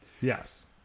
Yes